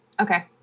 Okay